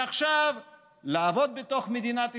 מעכשיו לעבוד בתוך מדינת ישראל,